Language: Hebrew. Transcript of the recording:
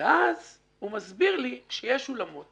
ואז הוא הסביר לי שיש אולמות